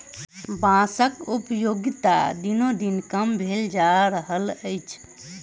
बाँसक उपयोगिता दिनोदिन कम भेल जा रहल अछि